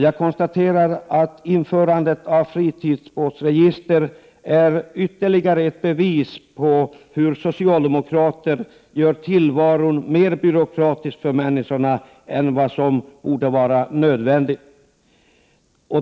Jag konstaterar att införandet av ett fritidsbåtsregister är ytterligare ett bevis på hur socialdemokrater gör tillvaron mer byråkratisk för människorna än vad som borde vara nödvändigt.